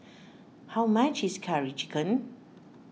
how much is Curry Chicken